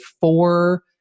four